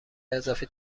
اضافی